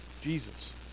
Jesus